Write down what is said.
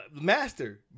master